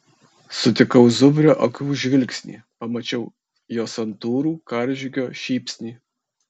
sutikau zubrio akių žvilgsnį pamačiau jo santūrų karžygio šypsnį